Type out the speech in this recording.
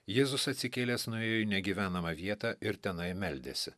jėzus atsikėlęs nuėjo į negyvenamą vietą ir tenai meldėsi